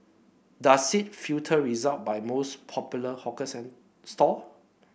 does it filter result by most popular hawker stall